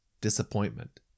Disappointment